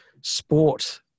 sport